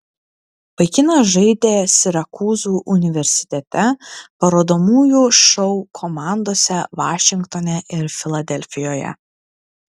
vaikinas žaidė sirakūzų universitete parodomųjų šou komandose vašingtone ir filadelfijoje